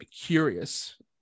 curious